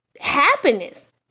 happiness